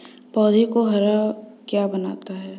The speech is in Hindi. पौधों को हरा क्या बनाता है?